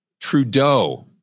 Trudeau